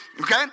Okay